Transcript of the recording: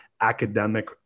academic